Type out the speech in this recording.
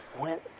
went